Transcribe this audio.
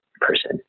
person